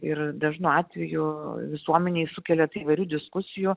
ir dažnu atveju visuomenėj sukelia t įvairių diskusijų